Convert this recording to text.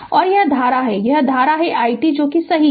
और यह धारा है यह धारा है i t सही है